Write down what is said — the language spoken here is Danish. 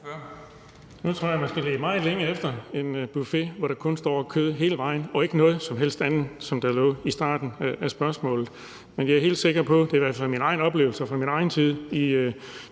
Nu tror jeg, man skal lede meget længe efter en buffet, hvor der kun er kød hele vejen igennem og ikke noget som helst andet, hvilket var det, der lå i starten af spørgsmålet. Men jeg er helt sikker på – det er i hvert fald min egen oplevelse fra min tid i